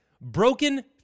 broken